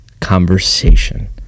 conversation